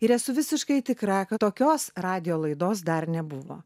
ir esu visiškai tikra kad tokios radijo laidos dar nebuvo